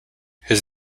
his